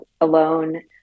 alone